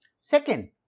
Second